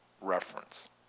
reference